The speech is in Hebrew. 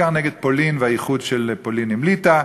בעיקר נגד פולין והאיחוד של פולין עם ליטא,